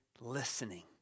listening